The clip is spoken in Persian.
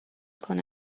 کنه